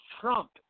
Trump